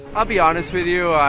i'll be honest with you.